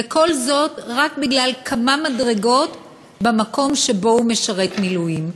וכל זאת רק בגלל כמה מדרגות במקום שהוא משרת במילואים.